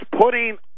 putting